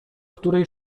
której